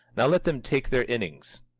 now let them take their innings.